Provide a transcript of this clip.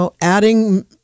adding